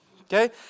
Okay